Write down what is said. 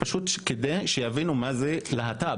אלא כדי שבכלל יבינו מה זה להט״ב.